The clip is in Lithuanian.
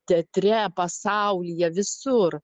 teatre pasaulyje visur